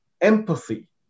empathy